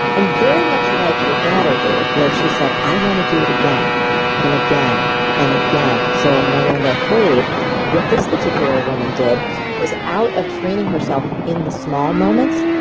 and very much like your daughter, dave, where she said, i want to do it again and again and again, so i'm no longer afraid what this particular woman did was out of training herself in the small moments,